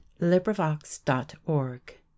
LibriVox.org